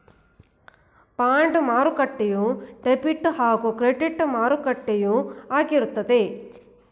bond ಮಾರುಕಟ್ಟೆಯು debit ಹಾಗೂ credit ಮಾರುಕಟ್ಟೆಯು ಆಗಿರುತ್ತದೆ